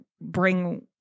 bring